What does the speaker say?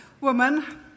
woman